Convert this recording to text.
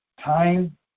time